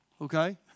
okay